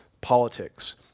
politics